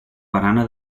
barana